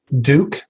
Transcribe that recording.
Duke